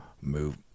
move